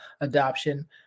adoption